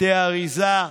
בתי אריזה,